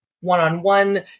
one-on-one